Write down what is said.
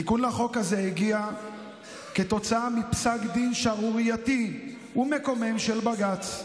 התיקון לחוק הזה הגיע כתוצאה מפסק דין שערורייתי ומקומם של בג"ץ,